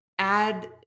add